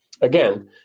Again